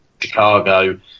Chicago